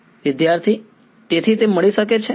વિદ્યાર્થી તેથી તે મળી શકે છે